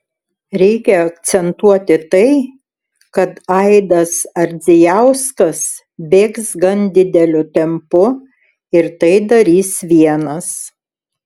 reikia akcentuoti tai kad aidas ardzijauskas bėgs gan dideliu tempu ir tai darys vienas